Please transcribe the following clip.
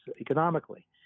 economically